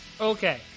Okay